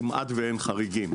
כמעט ואין חריגים,